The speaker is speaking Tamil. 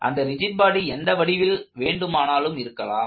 அந்தப் ரிஜிட் பாடி எந்த வடிவில் வேண்டுமானாலும் இருக்கலாம்